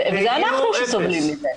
זה אנחנו שסובלים מזה.